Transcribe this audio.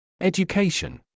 Education